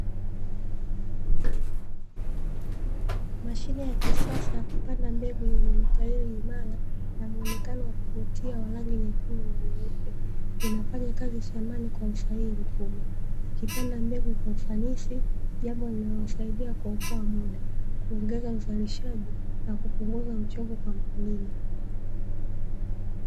Mashine ya kisasa ya kupanda mbegu yenye matairi imara na muonekano wa kuvutia wa rangi nyekundu na nyeupe, inafanya kazi shambani kwa usahihi mkubwa. Ikipanda mbegu kwa ufanisi jambo linalosaidia kuokoa muda, kuongeza uzalishaji, na kupunguza uchovu kwa mkulima.